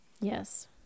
Yes